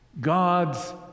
God's